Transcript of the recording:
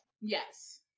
yes